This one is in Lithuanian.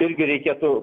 irgi reikėtų